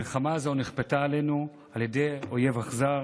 המלחמה הזאת נכפתה עלינו על ידי אויב אכזר,